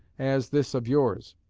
as this of yours.